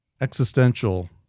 existential